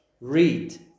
read